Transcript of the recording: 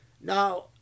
Now